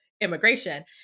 immigration